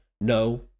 No